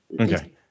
Okay